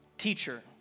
teacher